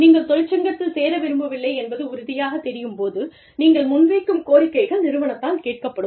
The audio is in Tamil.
நீங்கள் தொழிற்சங்கத்தில் சேர விரும்பவில்லை என்பது உறுதியாகத் தெரியும் போது நீங்கள் முன் வைக்கும் கோரிக்கைகள் நிறுவனத்தால் கேட்கப்படும்